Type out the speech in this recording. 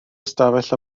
ystafell